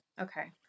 Okay